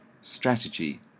strategy